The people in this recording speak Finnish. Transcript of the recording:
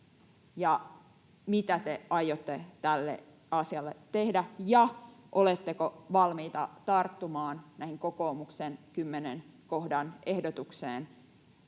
mitä te aiotte tälle asialle tehdä ja oletteko valmiita tarttumaan kokoomuksen kymmenen kohdan ehdotukseen